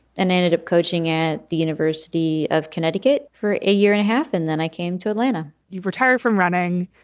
and i ended up coaching at the university of connecticut for a year and a half, and then i came to atlanta you've retired from running.